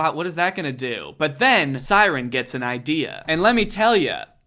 what is that going to do? but then siren gets an idea. and let me tell ya,